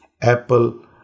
Apple